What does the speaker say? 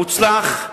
מוצלח,